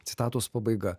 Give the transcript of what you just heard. citatos pabaiga